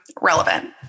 relevant